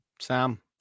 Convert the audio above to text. Sam